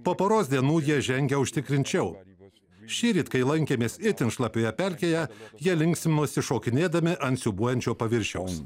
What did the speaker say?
po poros dienų jie žengia užtikrinčiau šįryt kai lankėmės itin šlapioje pelkėje jie linksminosi šokinėdami ant siūbuojančio paviršiaus